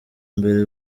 mbere